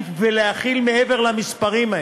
להקיף ולהכיל מעבר למספרים האלה.